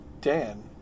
Dan